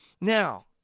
now